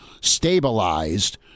stabilized